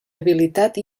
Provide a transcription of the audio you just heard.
habilitat